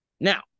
Now